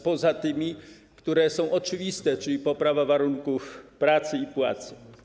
Poza tymi, które są oczywiste, czyli poza poprawą warunków pracy i płacy.